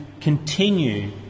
continue